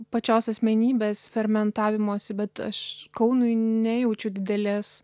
pačios asmenybės fermentavimosi bet aš kaunui nejaučiu didelės